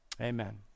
amen